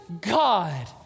God